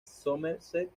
somerset